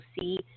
see